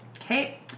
Okay